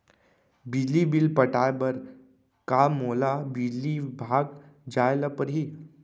बिजली बिल पटाय बर का मोला बिजली विभाग जाय ल परही?